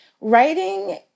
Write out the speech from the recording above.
writing